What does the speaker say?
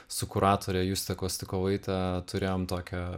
su kuratore juste kostikovaite turėjom tokią